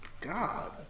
God